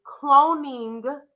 cloning